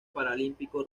paralímpico